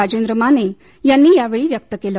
राजेंद्र माने यांनी यावेळी व्यक्त केलं